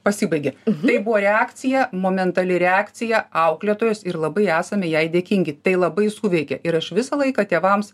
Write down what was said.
pasibaigė tai buvo reakcija momentali reakcija auklėtojos ir labai esame jai dėkingi tai labai suveikė ir aš visą laiką tėvams